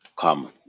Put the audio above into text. come